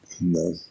no